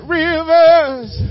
rivers